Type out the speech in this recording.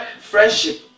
friendship